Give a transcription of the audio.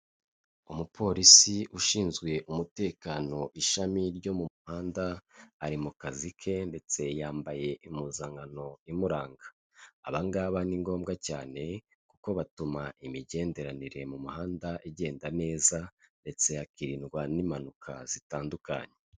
Umupolisi ushinzwe umutekano ishami ryo mu muhanda ari mu kazi ke ndetse yambaye impuzankano imuranga, aba ngaba ni ngombwa cyane kuko batuma imigenderanire mu muhanda igenda neza ndetse hakiririndwa n'impanuka zitandukanye.